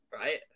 right